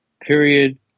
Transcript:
period